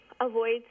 avoid